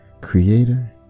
Creator